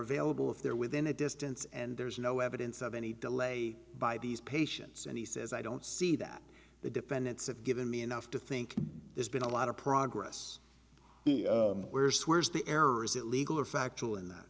available if they're within a distance and there's no evidence of any delay by these patients and he says i don't see that the defendants have given me enough to think there's been a lot of progress where's where's the air or is it legal or factual